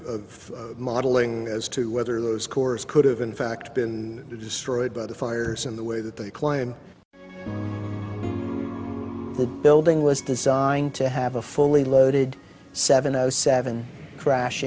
of modeling as to whether those cores could have in fact been destroyed by the fires in the way that they claim the building was designed to have a fully loaded seven seven crash